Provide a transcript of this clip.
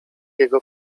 jego